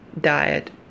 diet